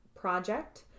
project